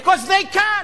because they can.